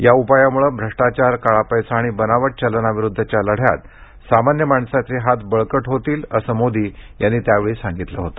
या उपायाम्ळे भ्रष्टाचार काळा पैसा आणि बनावट चलनाविरुद्धच्या लढ्यात सामान्य माणसाचे हात बळकट होतील असं मोदी यांनी त्यावेळी सांगितलं होतं